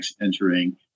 entering